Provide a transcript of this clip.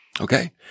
okay